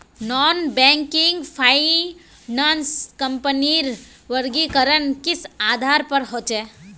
Non banking finance कंपनीर वर्गीकरण किस आधार पर होचे?